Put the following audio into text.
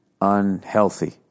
unhealthy